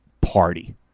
party